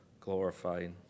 glorified